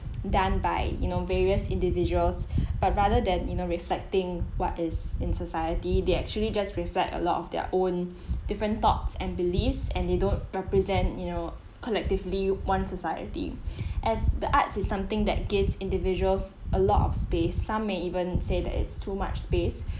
done by you know various individuals but rather than you know reflecting what is in society they actually just reflect a lot of their own different thoughts and beliefs and they don't represent you know collectively one society as the arts is something that gives individuals a lot of space some may even say that is too much space